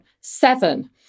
seven